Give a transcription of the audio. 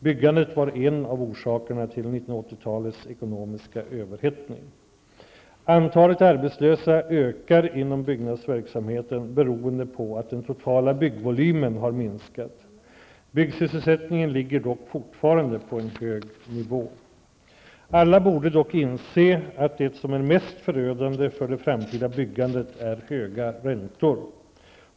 Byggandet var en av orsakerna till 1980-talets ekonomiska överhettning. Antalet arbetslösa ökar inom byggnadsverksamheten beroende på att den totala byggvolymen har minskat. Byggsysselsättningen ligger dock fortfarande på en hög nivå. Alla borde dock inse att det som är mest förödande för det framtida byggandet är höga räntor.